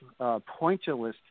pointillist